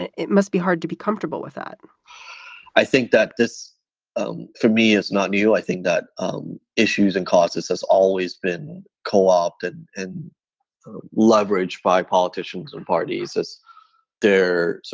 it it must be hard to be comfortable with that i think that this um for me is not new. i think that um issues and causes has always been co-opted and leveraged by politicians and parties as their so